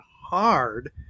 hard